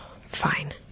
Fine